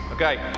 Okay